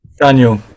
Daniel